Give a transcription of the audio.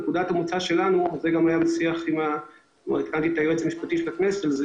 נקודת המוצא שלנו וגם עדכנתי את היועץ המשפטי של הכנסת על זה